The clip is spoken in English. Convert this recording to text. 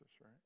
right